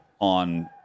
on